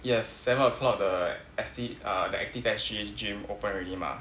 yes seven O'clock the uh the Active S_G gym open already mah